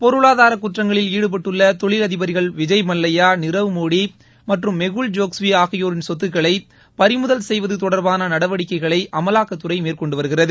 பொருளாதார குற்றங்களில் ஈடுபட்டுள்ள தொழிலதிபர்கள் விஜய்மல்லையா நிரவ் மோடி மற்றும் மெகுல் சோக்ஸ்வி ஆகியோரின் சொத்துக்களை பறிமுதல் செய்வது தொடர்பாள நடவடிக்கைகளை அமவாக்கத்துறை மேற்கொண்டு வருகிறது